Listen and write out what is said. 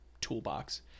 toolbox